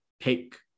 take